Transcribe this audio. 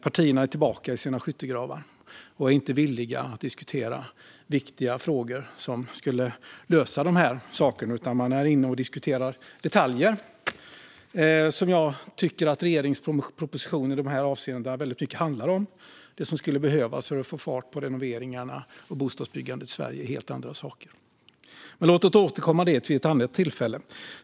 Partierna är tillbaka i sina skyttegravar och är inte villiga att diskutera viktiga frågor som skulle lösa de här sakerna. I stället är man inne och diskuterar detaljer som jag tycker att regeringens proposition i de här avseendena väldigt mycket handlar om. Det som skulle behövas för att få fart på renoveringarna och bostadsbyggandet i Sverige är helt andra saker. Men låt oss återkomma till det vid ett annat tillfälle!